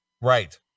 Right